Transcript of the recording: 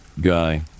Guy